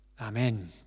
Amen